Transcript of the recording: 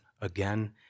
again